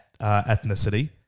ethnicity